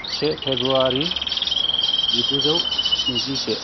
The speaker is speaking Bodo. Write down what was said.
से फेब्रुवारि जिगुजौ स्निजिसे